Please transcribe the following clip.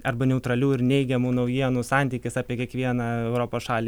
arba neutralių ir neigiamų naujienų santykis apie kiekvieną europos šalį